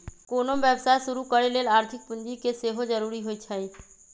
कोनो व्यवसाय शुरू करे लेल आर्थिक पूजी के सेहो जरूरी होइ छै